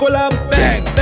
Bang